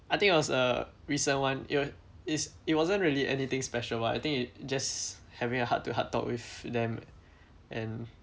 I think it was a recent [one] ya is it wasn't really anything special but I think it just having a heart-to-heart talk with them and